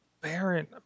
Baron